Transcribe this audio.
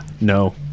no